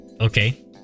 Okay